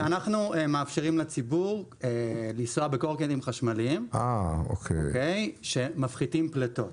אנחנו מאפשרים לציבור לנסוע בקורקינטים חשמליים שמפחיתים פליטות.